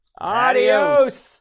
adios